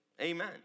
amen